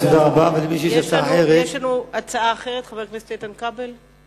יש לנו הצעה אחרת, חבר הכנסת איתן כבל,